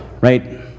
right